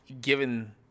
given –